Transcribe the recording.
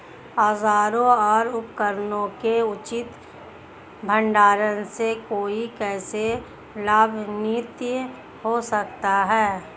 औजारों और उपकरणों के उचित भंडारण से कोई कैसे लाभान्वित हो सकता है?